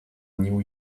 new